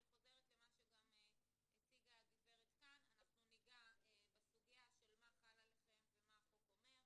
אני חוזרת למה שהוצג כאן ניגע בסוגיה של מה חל עליכם ומה החוק אומר,